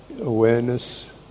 awareness